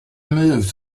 move